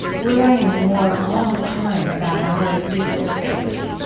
we're learning more all the time about our digital spaces.